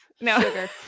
no